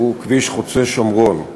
הוא כביש חוצה-שומרון.